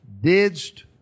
didst